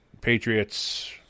Patriots